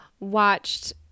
watched